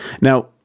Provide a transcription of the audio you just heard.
Now